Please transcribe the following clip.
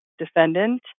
defendant